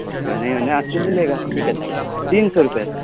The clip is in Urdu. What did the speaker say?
اوکے نیا سم ملے گا تین سو روپے سر